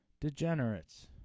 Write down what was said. Degenerates